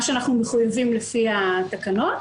מה שאנחנו מחויבים לפי התקנות,